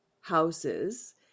houses